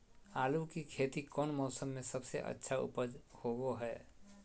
आलू की खेती कौन मौसम में सबसे अच्छा उपज होबो हय?